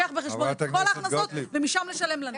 שלוקח בחשבון את כל ההכנסות ומשם לשלם לנו.